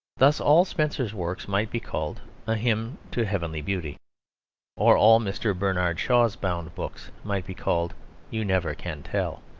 thus all spenser's works might be called a hymn to heavenly beauty or all mr. bernard shaw's bound books might be called you never can tell.